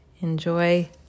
enjoy